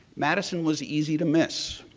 madison was easy to miss.